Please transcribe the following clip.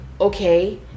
okay